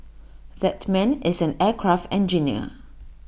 that man is an aircraft engineer